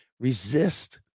resist